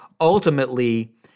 ultimately